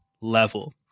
level